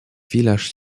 village